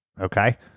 okay